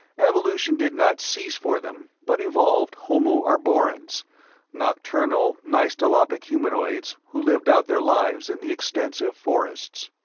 evolution did not cease for them, but evolved homo arborens nocturnal, nystalopic humanoids who lived out their lives in the extensive forests.